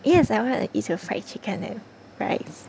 yes I want to eat the fried chicken and fries